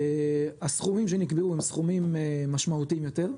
הסכומים שנקבעו הם סכומים משמעותיים יותר.